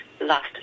last